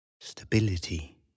stability